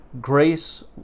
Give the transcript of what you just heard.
Grace